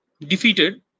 defeated